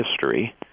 History